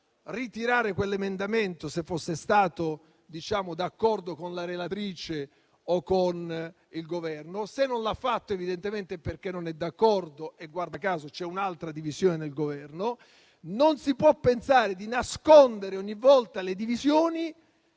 ritirare quell'emendamento, se fosse stato d'accordo con la relatrice o con il Governo. Se non l'ha fatto, evidentemente è perché non è d'accordo e - guarda caso - c'è un'altra divisione nel Governo. Non si può pensare di nascondere ogni volta le divisioni,